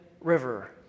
River